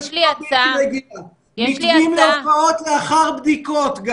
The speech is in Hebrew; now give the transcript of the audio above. מתווים להופעות לאחר בדיקות.